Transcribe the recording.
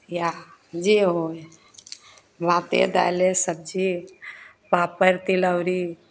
या जे होइ भाते दालिए सब्जी पापड़ तिलौरी